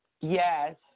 Yes